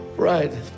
right